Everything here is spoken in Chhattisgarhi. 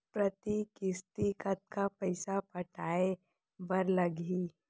प्रति किस्ती कतका पइसा पटाये बर लागही?